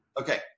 Okay